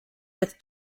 with